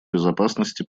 безопасности